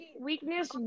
weakness